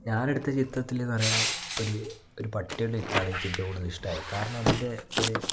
ഞാനെടുത്ത ചിത്രത്തിലെന്നു പറയുമ്പോൾ ഒരു ഒരു പട്ടിയുള്ള ചിത്രമാണ് എനിക്ക് ഏറ്റവും കൂടുതൽ ഇഷ്ടമായി കാരണം അതിൻ്റെ ഒരു